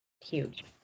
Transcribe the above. huge